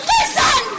Listen